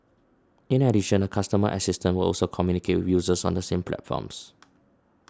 in addition a customer assistant will also communicate with users on the same platforms